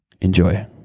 Enjoy